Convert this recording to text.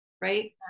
right